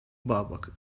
babcock